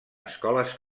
escoles